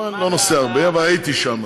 אבל הייתי שם,